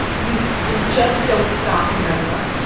you you just don't stop no matter what.